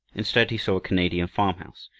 instead, he saw a canadian farmhouse,